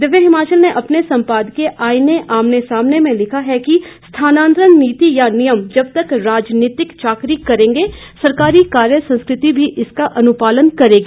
दिव्य हिमाचल ने अपने संपादकीय आईने आमने सामने में लिखा है कि स्थानांतरण नीति या नियम जब तक राजनीतिक चाकरी करेंगे सरकारी कार्य संस्कृति भी इसीका अनुपालन करेगी